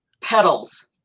petals